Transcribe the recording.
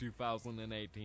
2018